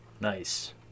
Nice